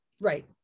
Right